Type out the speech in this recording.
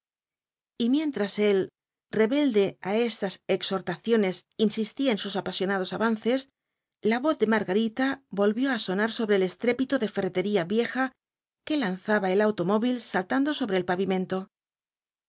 y mientras él rebelde á estas exhortaciones insistía en sus apasionados avances la voz de margarita volvió á sonar sobre el estrépito de ferretería vieja que a nzaba el automóvil saltando sobre el pavimento